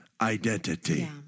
identity